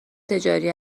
تجاری